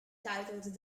titled